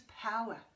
power